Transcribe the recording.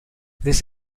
this